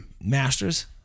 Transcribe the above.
Masters